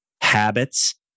habits